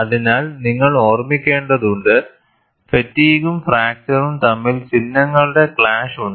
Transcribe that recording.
അതിനാൽ നിങ്ങൾ ഓർമ്മിക്കേണ്ടതുണ്ട് ഫാറ്റീഗ്ഗും ഫ്രാക്ചറും തമ്മിൽ ചിഹ്നങ്ങളുടെ ക്ലാഷ് ഉണ്ട്